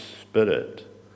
spirit